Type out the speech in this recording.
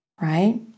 right